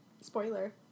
Spoiler